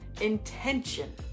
intention